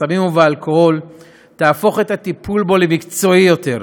בסמים ובאלכוהול תהפוך את הטיפול בו למקצועי יותר,